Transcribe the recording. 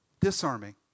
Disarming